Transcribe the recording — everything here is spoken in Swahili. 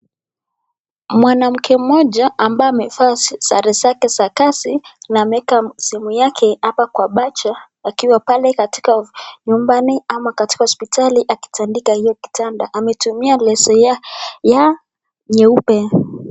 Mwanamke mmoja ambaye amevaa sare zake za kazi na ameweka simu yake hapa kwa paja akiwa pale katika nyumbani ama katika hospitali akitandika hiyo kitanda. Ametumia leso ya nyeupe.